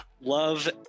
love